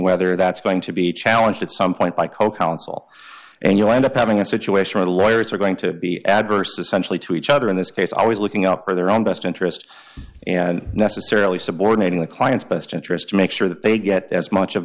whether that's going to be challenged at some point by co counsel and you end up having a situation where the lawyers are going to be adverse essentially to each other in this case always looking out for their own best interest and necessarily subordinating the client's best interest to make sure that they get as much of